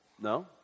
No